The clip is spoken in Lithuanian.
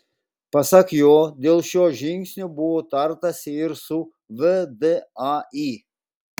pasak jo dėl šio žingsnio buvo tartasi ir su vdai